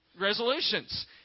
resolutions